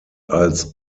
als